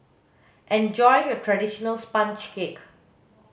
enjoy your traditional sponge cake